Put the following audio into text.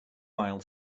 aisle